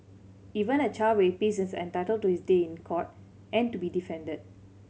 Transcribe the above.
even a child rapist is entitled to his day in court and to be defended